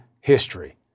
history